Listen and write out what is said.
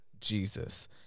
Jesus